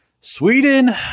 Sweden